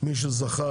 מי שזכה,